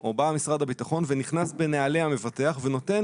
או בא משרד הביטחון ונכנס בנעלי המבטח ונותן